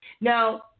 Now